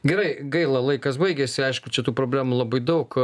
gerai gaila laikas baigėsi aišku čia tų problemų labai daug